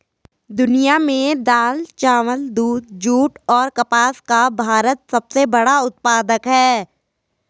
दुनिया में दाल, चावल, दूध, जूट और कपास का भारत सबसे बड़ा उत्पादक है